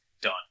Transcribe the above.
done